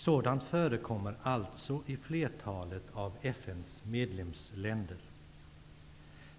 Sådant förekommer alltså i flertalet av FN:s medlemsländer.